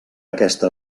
aquesta